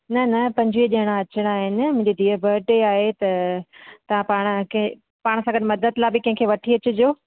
न न पंजवीह ॼणां अचिणा आहिनि मुंहिंजी धीअ जो बडे आहे त तव्हां पाण के पाण सां गॾु मदद लाइ बि कंहिंखे वठी अचिजो